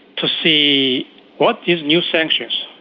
to see what these new sanctions,